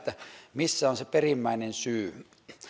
missä on se perimmäinen syy